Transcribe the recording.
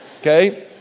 Okay